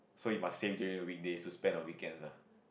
so you must save during the weekdays to spend on weekends ah